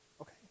okay